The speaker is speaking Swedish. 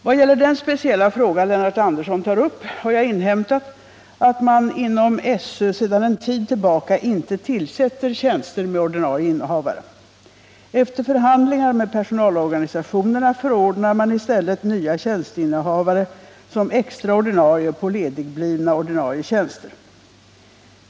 Vad gäller den speciella fråga Lennart Andersson tar upp har jag inhämtat att man inom SÖ sedan en tid tillbaka inte tillsätter tjänster med ordinarie innehavare. Efter förhandlingar med personalorganisationerna förordnar man i stället nya tjänsteinnehavare som extra ordinarie på ledigblivna ordinarie tjänster.